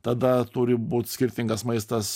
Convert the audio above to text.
tada turi būt skirtingas maistas